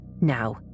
now